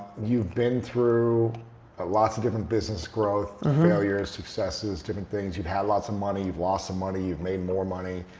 you've been through ah lots of different business growth, failures, successes, different things. you've had lots of money. you've lost some money. you've made more money.